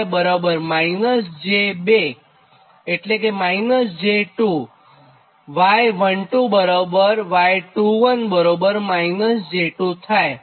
5 બરાબર -j2 એટલે કે y12y21-j2 થાય